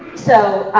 so,